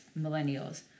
millennials